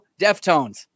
Deftones